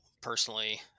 personally